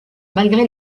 malgré